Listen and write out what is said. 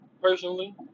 personally